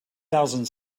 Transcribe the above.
thousand